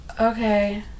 Okay